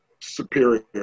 superior